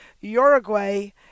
Uruguay